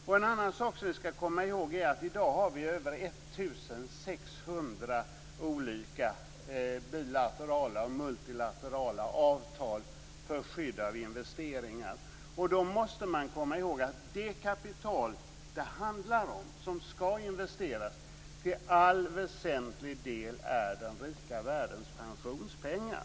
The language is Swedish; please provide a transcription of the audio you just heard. Vi skall också komma ihåg att det i dag finns över 1 600 bilaterala och multilaterala avtal för skydd av investeringar. Det kapital som skall investeras är vidare i allt väsentligt den rika världens pensionspengar.